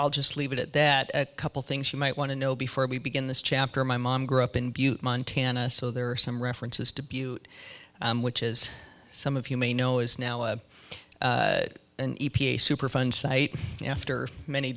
i'll just leave it at that a couple things you might want to know before we begin this chapter my mom grew up in butte montana so there are some references to butte which is some of you may know is now a an e p a superfund site after many